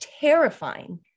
terrifying